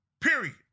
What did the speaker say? period